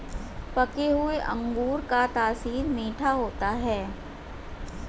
पके हुए अंगूर का तासीर मीठा होता है